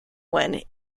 one